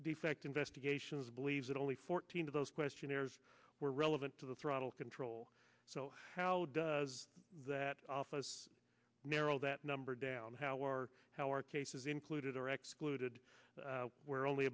defect investigations believes that only fourteen of those questionnaires were relevant to the throttle control so how does that office narrow that number down how are how are cases included or excluded where only